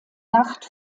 nacht